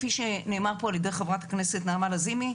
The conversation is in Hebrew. כפי שנאמר פה על-ידי חברת הכנסת נעמה לזימי,